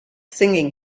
singing